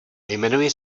jmenuji